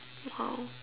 !wow!